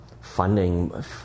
funding